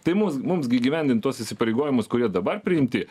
tai mums mums gi įgyvendint tuos įsipareigojimus kurie dabar priimti